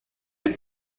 ati